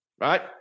right